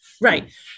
Right